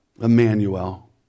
Emmanuel